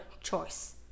choice